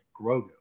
grogu